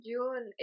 June